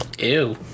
Ew